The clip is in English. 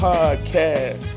Podcast